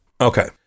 Okay